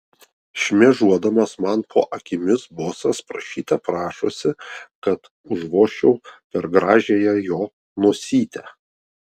šmėžuodamas man po akimis bosas prašyte prašosi kad užvožčiau per gražiąją jo nosytę